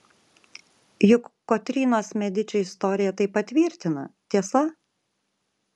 juk kotrynos mediči istorija tai patvirtina tiesa